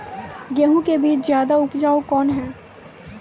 गेहूँ के बीज ज्यादा उपजाऊ कौन है?